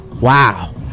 Wow